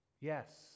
Yes